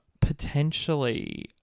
Potentially